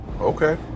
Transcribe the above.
Okay